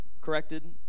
corrected